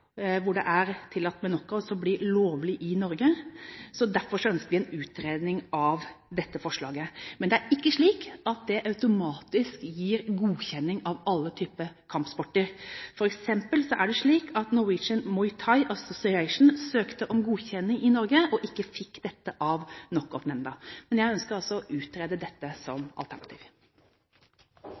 det er tillatt med knockout, som blir lovlige i Norge. Derfor ønsker vi en utredning av dette forslaget. Men det er ikke slik at det automatisk gir godkjenning av alle typer kampsport. Det er f.eks. slik at Norwegian Muay Thai Association søkte om godkjenning i Norge og ikke fikk denne av Knockoutnemnda. Men jeg ønsker altså å utrede dette som alternativ.